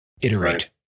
iterate